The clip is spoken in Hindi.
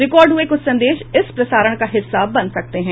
रिकॉर्ड हुए कुछ संदेश इस प्रसारण का हिस्सा बन सकते हैं